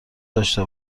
داشته